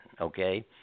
okay